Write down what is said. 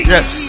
Yes